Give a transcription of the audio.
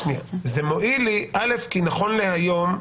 זה מועיל לי, א', כי נכון להיום,